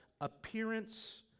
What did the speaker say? Appearance